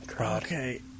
Okay